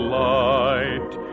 light